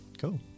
Cool